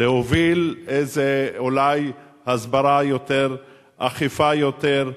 להוביל איזה, אולי הסברה יותר, אכיפה יותר,